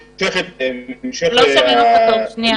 הוא לא מתחשבן, הוא רק --- ככה זה